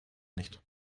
nicht